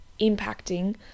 impacting